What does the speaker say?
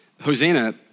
Hosanna